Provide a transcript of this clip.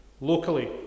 locally